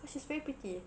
cause she's very pretty